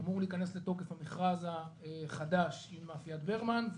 ביום זה אמור להיכנס לתוקף המכרז החדש עם מאפיית ברמן,